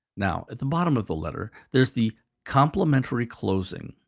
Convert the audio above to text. now, at the bottom of the letter, there's the complimentary closing.